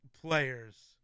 players